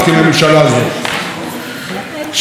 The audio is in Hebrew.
ששריה הפרודוקטיביים והנבונים החליטו